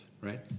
right